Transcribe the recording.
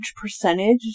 percentage